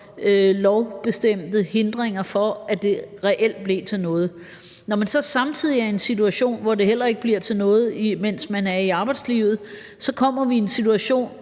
lovbestemte hindringer for, at det reelt blev til noget. Når man så samtidig er i en situation, hvor det heller ikke bliver til noget, mens man er i arbejdslivet, kommer vi i en situation,